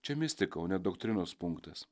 čia mistika o ne doktrinos punktas